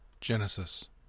Genesis